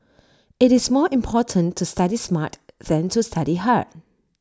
IT is more important to study smart than to study hard